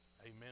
Amen